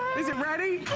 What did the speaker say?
is a ready?